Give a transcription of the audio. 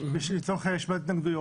לצורך שמיעת התנגדויות?